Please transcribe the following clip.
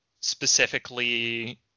specifically